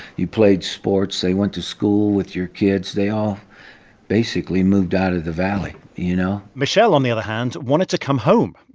you played sports. they went to school with your kids. they all basically moved out of the valley, you know? michelle, on the other hand, wanted to come home.